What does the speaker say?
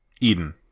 Eden